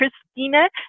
Christina